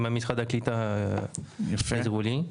משרד הקליטה עזר לי.